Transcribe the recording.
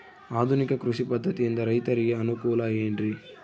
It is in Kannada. ಆಧುನಿಕ ಕೃಷಿ ಪದ್ಧತಿಯಿಂದ ರೈತರಿಗೆ ಅನುಕೂಲ ಏನ್ರಿ?